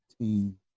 team